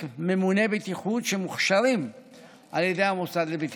ממוני בטיחות שמוכשרים על ידי המוסד לבטיחות.